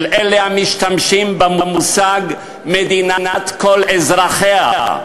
של אלה המשתמשים במושג "מדינת כל אזרחיה",